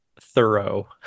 thorough